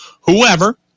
whoever